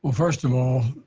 first of all,